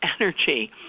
energy